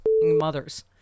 mothers